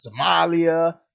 Somalia